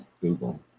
Google